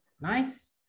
Nice